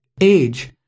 age